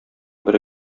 бере